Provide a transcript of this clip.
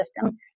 system